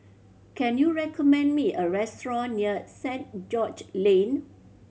can you recommend me a restaurant near Saint George Lane